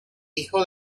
hijo